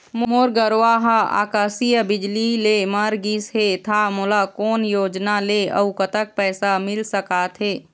मोर गरवा हा आकसीय बिजली ले मर गिस हे था मोला कोन योजना ले अऊ कतक पैसा मिल सका थे?